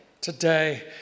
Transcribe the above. today